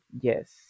yes